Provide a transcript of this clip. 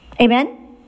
Amen